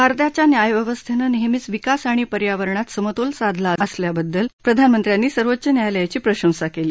भारताच्या न्यायव्यवस्थेनं नेहमीच विकास आणि पर्यावरणात समतोल साधला असल्याबद्दल त्यांनी सर्वोच्च न्यायालयाची प्रशंसा केली